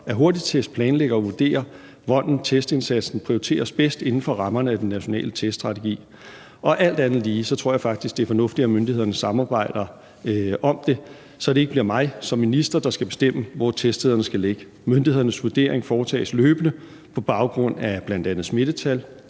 af hurtigtest planlægger og vurderer, hvordan testindsatsen prioriteres bedst inden for rammerne af den nationale teststrategi. Og alt andet lige tror jeg faktisk, at det er fornuftigt, at myndighederne samarbejder om det, så det ikke bliver mig som minister, der skal bestemme, hvor teststederne skal ligge. Myndighedernes vurdering foretages løbende på baggrund af bl.a. smittetal,